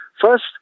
First